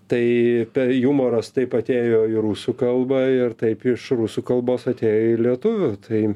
tai jumoras taip atėjo į rusų kalbą ir taip iš rusų kalbos atėję į lietuvių taip